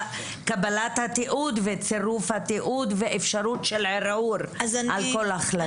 את עניין קבלת התיעוד וצירוף התיעוד ואפשרות ערעור על כל החלטה.